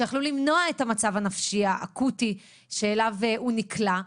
כשיכלו למנוע את המצב הנפשי האקוטי שאליו הוא נקלע.